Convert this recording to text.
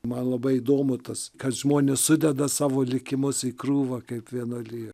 man labai įdomu tas kad žmonės sudeda savo likimus į krūvą kaip vienuoliją